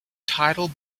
tidal